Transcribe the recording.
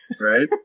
Right